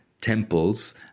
temples